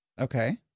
Okay